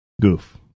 Goof